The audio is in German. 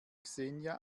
xenia